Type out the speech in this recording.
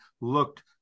looked